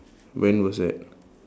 when was that